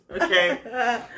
Okay